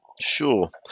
sure